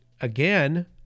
again